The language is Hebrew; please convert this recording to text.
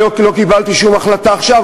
אני לא קיבלתי שום החלטה עכשיו,